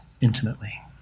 intimately